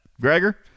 Gregor